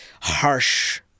harsh